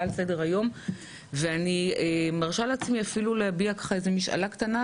לסדר היום ואני מרשה לעצמי להביע איזו משאלה קטנה,